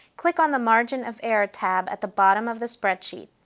click on the marginoferror tab at the bottom of the spreadsheet.